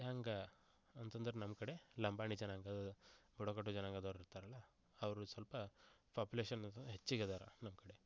ಹೆಂಗೆ ಅಂತಂದ್ರೆ ನಮ್ಮ ಕಡೆ ಲಂಬಾಣಿ ಜನಾಂಗ ಬುಡಕಟ್ಟು ಜನಾಂಗದವರು ಇರ್ತಾರಲ್ಲ ಅವರು ಸ್ವಲ್ಪ ಪಾಪುಲೇಷನ್ ಅದು ಹೆಚ್ಚಿಗೆ ಅದಾರ ನಮ್ಮ ಕಡೆ